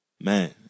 man